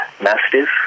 mastiff